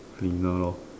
cleaner lor